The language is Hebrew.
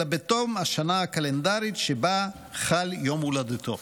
אלא בתום השנה הקלנדרית שבה חל יום הולדתו.